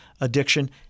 addiction